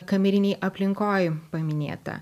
kamerinėj aplinkoj paminėta